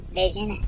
vision